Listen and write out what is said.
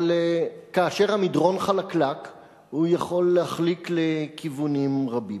אבל כאשר המדרון חלקלק הוא יכול להחליק לכיוונים רבים.